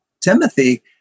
Timothy